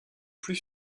plus